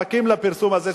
מחכים לפרסום הזה,